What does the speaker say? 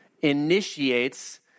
initiates